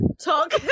talk